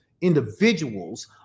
individuals